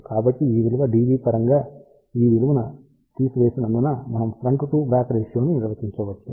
కాబట్టి ఈ విలువ dB పరంగా ఈ విలువను తీసివేసినందున మనం ఫ్రంట్ టు బ్యాక్ రేషియోని నిర్వచించవచ్చు